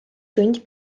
tundi